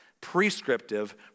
Prescriptive